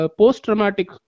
post-traumatic